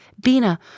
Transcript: Bina